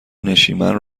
نشیمن